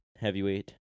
Heavyweight